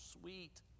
sweet